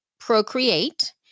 procreate